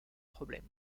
problème